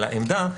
אלא עמדה,